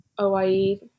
oie